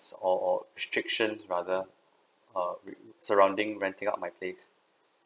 or or restrictions rather uh surrounding renting out my place